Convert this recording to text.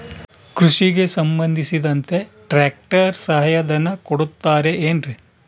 ಕೃಷಿಗೆ ಸಂಬಂಧಿಸಿದಂತೆ ಟ್ರ್ಯಾಕ್ಟರ್ ಸಹಾಯಧನ ಕೊಡುತ್ತಾರೆ ಏನ್ರಿ?